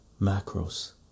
macros